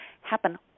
happen